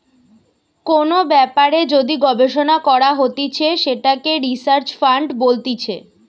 কোন ব্যাপারে যদি গবেষণা করা হতিছে সেটাকে রিসার্চ ফান্ড বলতিছে